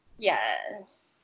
Yes